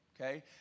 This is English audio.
Okay